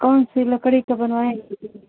कौन सी लकड़ी का बनवाएंगी